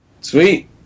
Sweet